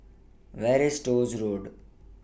Where IS Stores Road